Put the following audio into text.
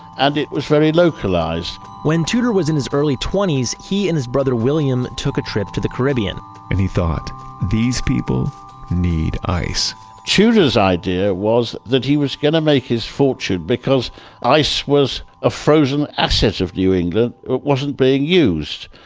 and it was very localized when tudor was in his early twenties he and his brother william took a trip to the caribbean and he thought these people need ice tudor's idea was that he was going to make his fortune because ice was a frozen asset of new england, but it wasn't being used.